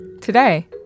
Today